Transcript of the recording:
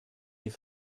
die